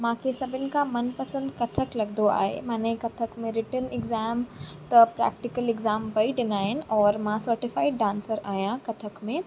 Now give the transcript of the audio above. मूंखे सभिनि खां मनपसंदु कथक लॻंदो आहे मां कथक में रिटर्न एग्ज़ाम त प्रैक्टिकल एग्ज़ाम ॿई ॾिना आहिनि और मां सर्टीफाइड डांसर आहियां कथक में